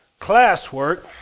classwork